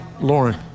Lauren